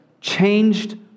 changed